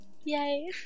yay